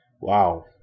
Wow